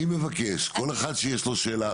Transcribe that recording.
כל אחד שיש לו שאלה,